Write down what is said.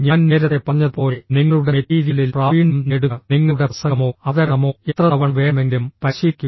ഞാൻ നേരത്തെ പറഞ്ഞതുപോലെ നിങ്ങളുടെ മെറ്റീരിയലിൽ പ്രാവീണ്യം നേടുക നിങ്ങളുടെ പ്രസംഗമോ അവതരണമോ എത്ര തവണ വേണമെങ്കിലും പരിശീലിക്കുക